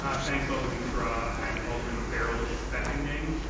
ah thanks, alderman carra, and alderman farrell is seconding.